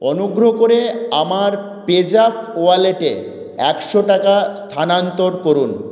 অনুগ্রহ করে আমার পেজ্যাপ ওয়ালেটে একশো টাকা স্থানান্তর করুন